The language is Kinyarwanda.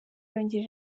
yongera